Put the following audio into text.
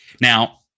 Now